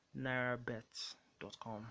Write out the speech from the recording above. nairabet.com